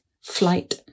flight